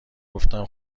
گفتم